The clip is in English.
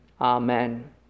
Amen